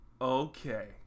Okay